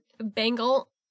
bangle